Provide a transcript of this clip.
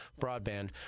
broadband